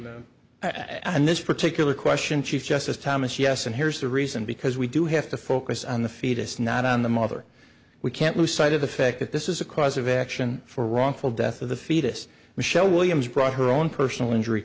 and this particular question chief justice thomas yes and here's the reason because we do have to focus on the fetus not on the mother we can't lose sight of the fact that this is a cause of action for wrongful death of the fetus michelle williams brought her own personal injury